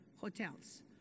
hotels